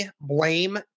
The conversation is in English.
blame